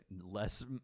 less